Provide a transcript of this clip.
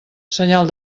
senyal